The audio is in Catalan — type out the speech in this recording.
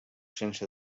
sense